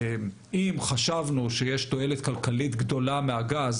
אם חשבנו שיש תועלת כלכלית גדולה מהגז